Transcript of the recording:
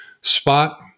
spot